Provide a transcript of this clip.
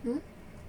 mm